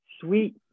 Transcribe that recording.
sweet